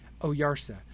Oyarsa